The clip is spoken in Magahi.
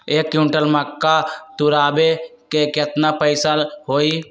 एक क्विंटल मक्का तुरावे के केतना पैसा होई?